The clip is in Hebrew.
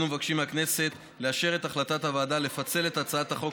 אנו מבקשים מהכנסת לאשר את החלטת הוועדה לפצל את הצעת החוק